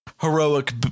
heroic